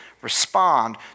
respond